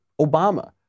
Obama